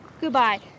goodbye